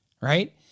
right